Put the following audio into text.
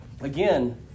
Again